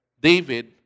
David